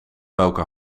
welke